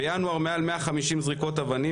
בינואר מעל 150 זריקות אבנים,